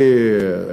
הרבה,